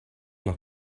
noch